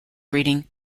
breeding